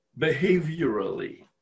behaviorally